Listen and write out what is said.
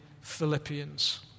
Philippians